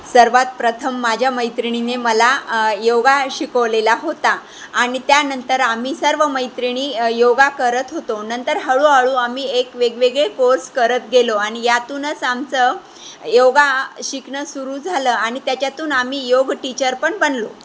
सर्वात प्रथम माझ्या मैत्रिणीने मला योगा शिकवलेला होता आणि त्यानंतर आम्ही सर्व मैत्रिणी योगा करत होतो नंतर हळूहळू आम्ही एक वेगवेगळे कोर्स करत गेलो आणि यातूनच आमचं योगा शिकणं सुरू झालं आणि त्याच्यातून आम्ही योग टीचर पण बनलो